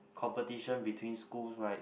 competition between schools right